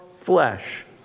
flesh